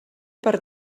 per